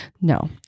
No